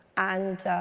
and